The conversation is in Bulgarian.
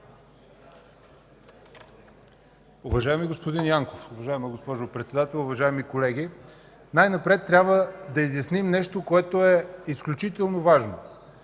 Уважаеми господин Янков, уважаема госпожо Председател, уважаеми колеги! Най-напред трябва да изясним нещо, което е изключително важно.